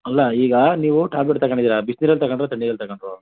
ಅಲ್ಲ ಈಗ ನೀವು ಟ್ಯಾಬ್ಲೆಟ್ ತಗೊಂಡಿದೀರಾ ಬಿಸ್ನಿರಲ್ಲಿ ತಗೊಂಡ್ರೋ ತಣ್ಣೀರಲ್ಲಿ ತಗೊಂಡ್ರೋ